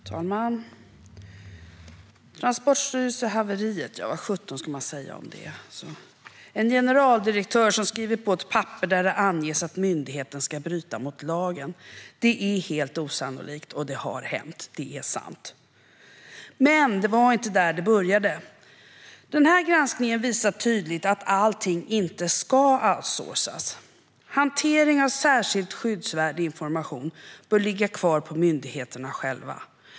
Herr talman! Transportstyrelsehaveriet, ja, vad sjutton ska man säga om det? En generaldirektör skriver på ett papper där det anges att myndigheten ska bryta mot lagen. Det är helt osannolikt, men det har hänt. Det är sant. Men det var inte där det började. Den här granskningen visar tydligt att allt inte ska outsourcas. Hantering av särskilt skyddsvärd information bör ligga kvar på myndigheterna själva.